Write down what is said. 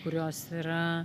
kurios yra